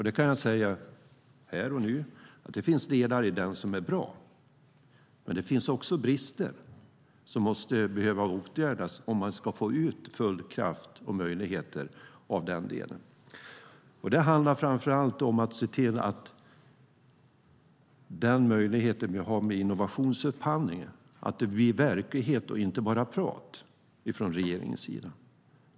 Det kan jag säga här och nu att det finns delar i den som är bra, men det finns också brister som skulle behöva åtgärdas om man ska få ut full kraft och fulla möjligheter ur den delen. Det handlar framför allt om att se till att den möjlighet vi har med innovationsupphandling blir verklighet och inte bara prat från regeringens sida.